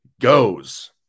Goes